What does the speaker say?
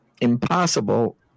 impossible